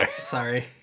Sorry